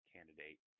candidate